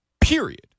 period